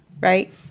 right